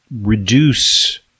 reduce